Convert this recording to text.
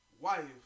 wife